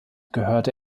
gehörte